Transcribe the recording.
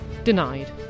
denied